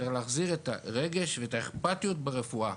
צריך להחזיר את הרגש ואת האכפתיות ברפואה.